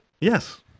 Yes